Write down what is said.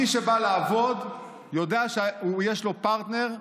מי שבא לעבוד יודע שיש לו פרטנר.